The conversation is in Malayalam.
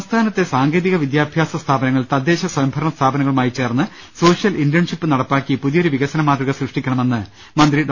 സംസ്ഥാനത്തെ സാങ്കേതിക വിദ്യാഭ്യാസ സ്ഥാപനങ്ങൾ തദ്ദേശ സ്വയംഭരണ സ്ഥാപനങ്ങളുമായി ചേർന്ന് സോഷ്യൽ ഇന്റേൺഷിപ്പ് നട പ്പിലാക്കി പുതിയൊരു വികസന മാതൃക സൃഷ്ടിക്കണമെന്ന് മന്ത്രി ഡോ